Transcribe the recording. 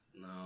No